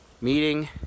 meeting